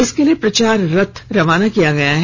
इसके लिए प्रचार रथ रवाना किया गया है